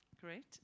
Great